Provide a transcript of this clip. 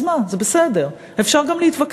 אז מה, זה בסדר, אפשר גם להתווכח.